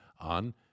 on